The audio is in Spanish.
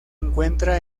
encuentra